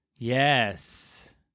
yes